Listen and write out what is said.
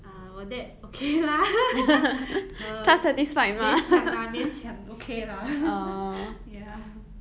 ah 我 dad okay lah err 勉强 lah 勉强 okay lah ya